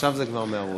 עכשיו זה כבר מהראש.